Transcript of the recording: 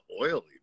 oily